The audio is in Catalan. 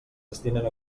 destinen